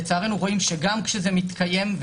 לצערנו, רואים שגם כשזה מתקיים,